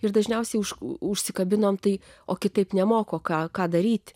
ir dažniausiai už užsikabinome tai o kitaip nemoko ką ką daryti